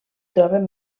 troben